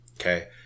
Okay